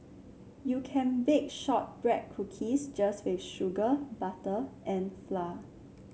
you can bake shortbread cookies just with sugar butter and flour